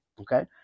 Okay